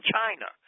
China